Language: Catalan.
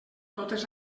totes